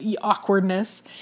awkwardness